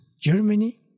Germany